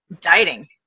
dieting